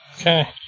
Okay